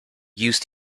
use